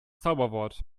zauberwort